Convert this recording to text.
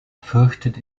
fürchtet